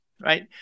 right